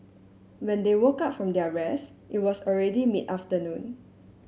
when they woke up from their rest it was already mid afternoon